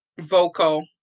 vocal